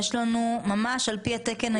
יש לנו על פי התקן הישראלי.